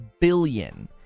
billion